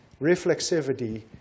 reflexivity